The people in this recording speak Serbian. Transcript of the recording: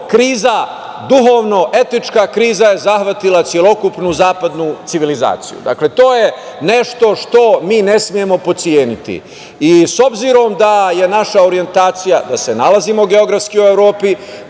kriza, duhovno etička kriza je zahvatila celokupnu zapadnu civilizaciju. Dakle, to je nešto što mi ne smemo potceniti.S obzirom da je naša orjentacija da se nalazimo geografski u Evropi,